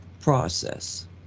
process